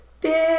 big